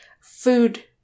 food